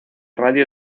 radio